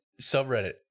subreddit